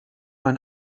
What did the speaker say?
man